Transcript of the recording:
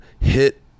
hit